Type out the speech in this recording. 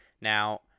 Now